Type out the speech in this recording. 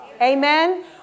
Amen